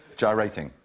gyrating